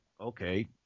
okay